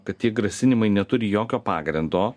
kad tie grasinimai neturi jokio pagrindo